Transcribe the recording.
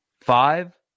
Five